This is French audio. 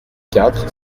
quatre